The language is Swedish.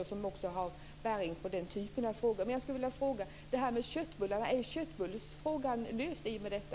Det har också bäring på den här typen av frågor. Jag skulle vilja fråga om köttbullsfrågan är löst i och med detta.